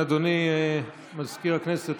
אדוני מזכיר הכנסת,